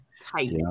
tight